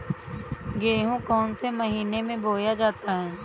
गेहूँ कौन से महीने में बोया जाता है?